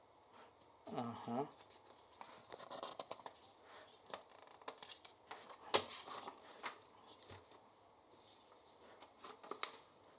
ah ha